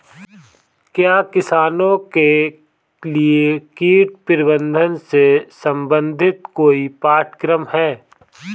क्या किसानों के लिए कीट प्रबंधन से संबंधित कोई पाठ्यक्रम है?